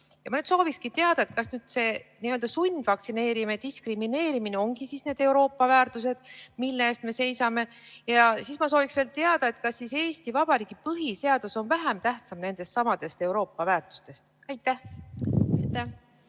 Ja ma soovin teada, kas see n-ö sundvaktsineerimine, diskrimineerimine ongi need Euroopa väärtused, mille eest me seisame. Ja siis ma sooviks veel teada, kas Eesti Vabariigi põhiseadus on vähem tähtis nendestsamadest Euroopa väärtustest. Aitäh!